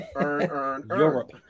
Europe